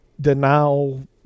denial